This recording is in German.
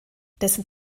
dessen